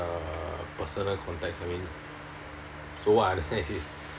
uh personal contact I mean so what I understand is this